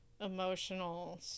emotional